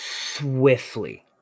swiftly